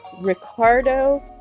Ricardo